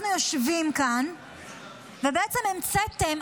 אנחנו יושבים כאן ובעצם המצאתם,